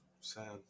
sad